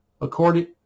according